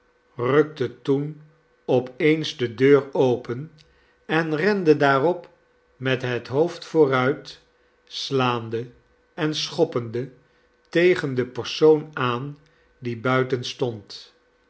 toen op eens de deur open en rende daarop met het hoofd vooruit slaande en schoppende tegen den persoon aan die buiten stond